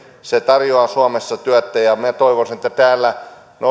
se tarjoaa suomessa työtä minä toivoisin että täällä